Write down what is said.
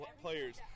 players